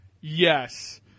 yes